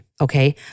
okay